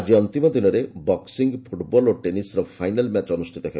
ଆକି ଅନ୍ତିମ ଦିନରେ ବକ୍ୱିଂ ଫୁଟ୍ବଲ୍ ଓ ଟେନିସ୍ର ଫାଇନାଲ୍ ମ୍ୟାଚ୍ ଅନୁଷ୍ଠିତ ହେବ